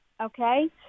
Okay